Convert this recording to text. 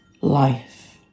life